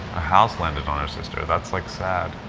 a house landed on her sister. that's like sad.